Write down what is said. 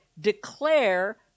declare